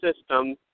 system